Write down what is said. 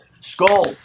Skull